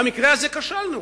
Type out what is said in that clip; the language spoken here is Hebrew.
במקרה הזה כשלנו